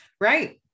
Right